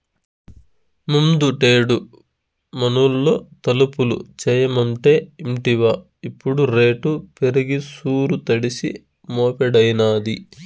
ముందుటేడు మనూళ్లో తలుపులు చేయమంటే ఇంటివా ఇప్పుడు రేటు పెరిగి సూరు తడిసి మోపెడైనాది